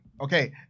okay